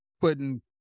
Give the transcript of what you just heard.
putting